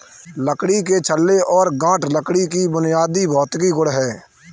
लकड़ी के छल्ले और गांठ लकड़ी के बुनियादी भौतिक गुण हैं